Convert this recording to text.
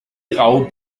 grau